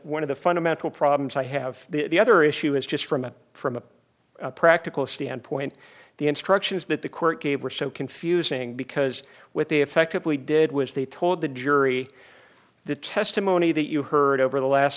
one of the fundamental problems i have the other issue is just from a from a practical standpoint the instructions that the court gave were so confusing because with they effectively did was they told the jury the testimony that you heard over the last